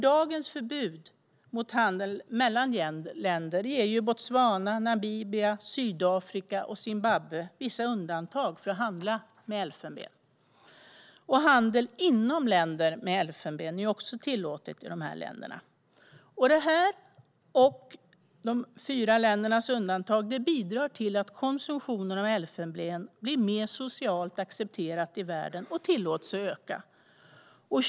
Dagens förbud mot handel mellan länder ger Botswana, Namibia, Sydafrika och Zimbabwe vissa undantag för att handla med elfenben. Handel med elfenben inom länder är också tillåtet i dessa länder. Detta och de fyra ländernas undantag bidrar till att konsumtion av elfenben blir mer socialt accepterat i världen och tillåts öka.